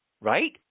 right